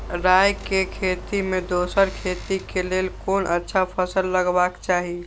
राय के खेती मे दोसर खेती के लेल कोन अच्छा फसल लगवाक चाहिँ?